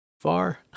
far